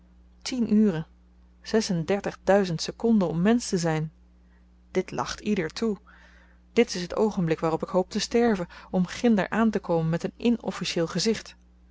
tien uren zes en dertig duizend sekonden om mensch te zyn dit lacht ieder toe dit is t oogenblik waarop ik hoop te sterven om ginder aantekomen met een inofficieel gezicht